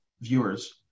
viewers